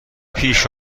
پیش